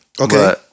Okay